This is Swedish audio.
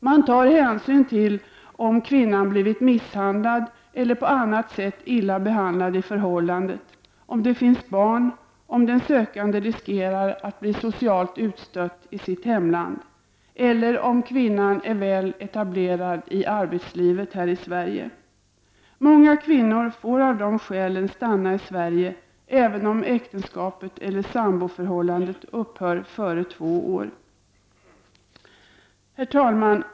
Man tar hänsyn till om kvinnan blivit misshandlad eller på annat sätt illa behandlad i förhållandet, om det finns barn, om den sö kande riskerar att bli socialt utstött i sitt hemland eller om kvinnan är väl etablerad i arbetslivet här i Sverige. Många kvinnor får av dessa skäl stanna i Sverige, även om äktenskapet eller samboförhållandet upphör inom två år. Herr talman!